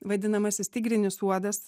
vadinamasis tigrinis uodas